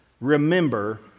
remember